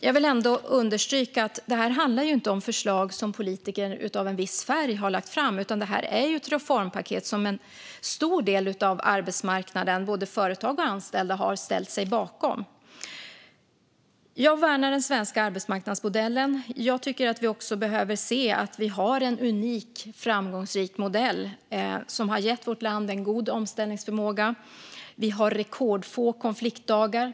Jag vill understryka att det här inte handlar om förslag som politiker av en viss färg har lagt fram, utan det här är ett reformpaket som en stor del av arbetsmarknaden, både företag och anställda, har ställt sig bakom. Jag värnar den svenska arbetsmarknadsmodellen. Jag tycker att vi också behöver se att vi har en unik, framgångsrik modell som har gett vårt land en god omställningsförmåga. Vi har rekordfå konfliktdagar.